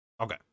Okay